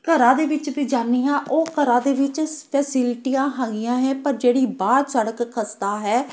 ਘਰਾਂ ਦੇ ਵਿੱਚ ਵੀ ਜਾਂਦੀ ਹਾਂ ਉਹ ਘਰਾਂ ਦੇ ਵਿੱਚ ਫੈਸਿਲਿਟੀਆ ਹੈਗੀਆਂ ਹੈ ਪਰ ਜਿਹੜੀ ਬਾਹਰ ਸੜਕ ਖਸਤਾ ਹੈ